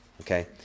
okay